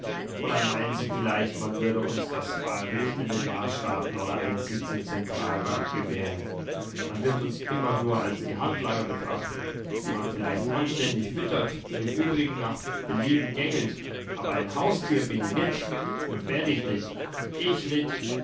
oder meinen sie vielleicht man würde uns das wahlrecht in den marsstaaten oder einen sitz im zentralrat gewähren man wird uns immer nur als die handlanger betrachten die man vielleicht anständig füttert und im übrigen nach belieben gängelt aber ein haustier bin ich nit und werd ich nit ich nit